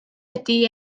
ydi